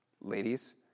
Ladies